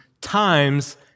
times